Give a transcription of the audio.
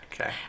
Okay